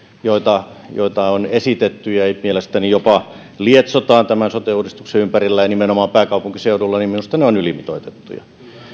joita joita on esitetty ja mielestäni jopa lietsotaan tämän sote uudistuksen ympärillä ja nimenomaan pääkaupunkiseudulla minusta ne ovat ylimitoitettuja